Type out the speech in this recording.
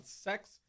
sex